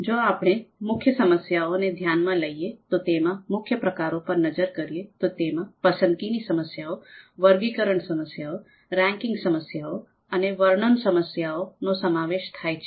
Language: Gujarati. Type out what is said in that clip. જો આપણે મુખ્ય સમસ્યાઓ ને ધ્યાન માં લયીયે તો તેના મુખ્ય પ્રકારો પર નજર કરીએ તો તેમાં પસંદગીની સમસ્યાઓ વર્ગીકરણ સમસ્યાઓ રેન્કિંગ સમસ્યાઓ અને વર્ણન સમસ્યાઓ નો સમાવેશ થાય છે